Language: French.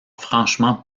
franchement